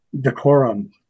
decorum